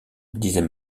disait